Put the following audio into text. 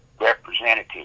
representative